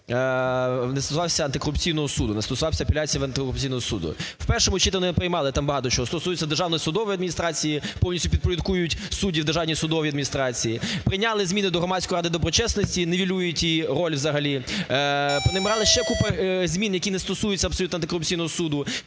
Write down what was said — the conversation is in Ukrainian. не стосувався антикорупційного суду, не стосувався апеляцій в антикорупційному суді. У першому читанні ми приймали там багато чого стосується державної судової адміністрації, повністю підпорядкують суддів у державній судовій адміністрації, прийняли зміни до Громадської ради доброчесності, нівелюють її роль взагалі. Поприймали ще купу змін, які не стосуються абсолютно антикорупційного суду.